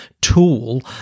tool